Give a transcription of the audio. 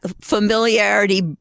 familiarity